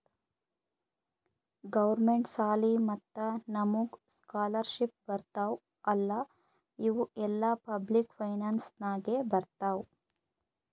government ಸಾಲಿ ಮತ್ತ ನಮುಗ್ ಸ್ಕಾಲರ್ಶಿಪ್ ಬರ್ತಾವ್ ಅಲ್ಲಾ ಇವು ಎಲ್ಲಾ ಪಬ್ಲಿಕ್ ಫೈನಾನ್ಸ್ ನಾಗೆ ಬರ್ತಾವ್